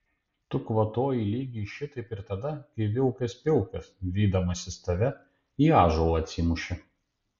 tu kvatojai lygiai šitaip ir tada kai vilkas pilkas vydamasis tave į ąžuolą atsimušė